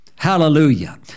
Hallelujah